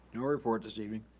no report this evening.